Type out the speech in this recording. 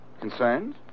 Concerned